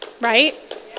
right